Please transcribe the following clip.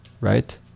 right